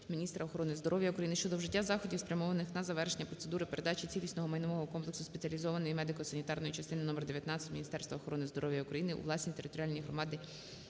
міністра охорони здоров'я України щодо вжиття заходів, спрямованих на завершення процедури передачі цілісного майнового комплексу Спеціалізованої медико-санітарної частини № 19 Міністерства охорони здоров’я України у власність територіальної громади